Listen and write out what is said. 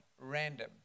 random